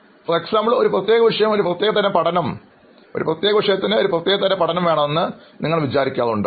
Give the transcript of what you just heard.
ഉദാഹരണത്തിന് ഒരു പ്രത്യേക വിഷയം ഒരു പ്രത്യേക തരം പഠനം നിങ്ങൾക്ക് കൂടുതലായി അവയെപ്പറ്റി എഴുതണമെന്ന് തോന്നാറുണ്ടോ